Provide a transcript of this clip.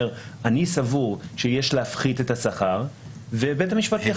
שהוא סבור שיש להפחית את השכר ובית המשפט יריע.